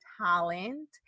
talent